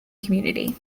community